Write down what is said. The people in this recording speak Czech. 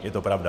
Je to pravda.